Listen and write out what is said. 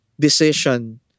decision